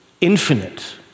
infinite